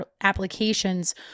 applications